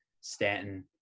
Stanton